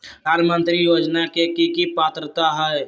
प्रधानमंत्री योजना के की की पात्रता है?